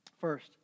First